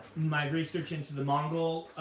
my research into the mongol